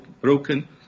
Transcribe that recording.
broken